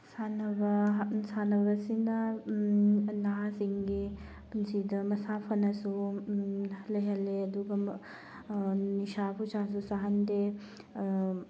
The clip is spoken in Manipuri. ꯁꯥꯟꯅꯕ ꯁꯥꯅꯕꯁꯤꯅ ꯅꯍꯥꯁꯤꯡꯒꯤ ꯄꯨꯟꯁꯤꯗ ꯃꯁꯥ ꯐꯅꯁꯨ ꯂꯩꯍꯜꯂꯦ ꯑꯗꯨꯒ ꯅꯤꯁꯥ ꯄꯨꯁꯥꯁꯨ ꯆꯥꯍꯟꯗꯦ